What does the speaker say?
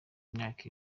imyaka